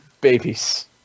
Babies